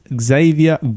Xavier